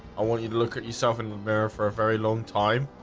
i want you to look at yourself in the mirror for a very long time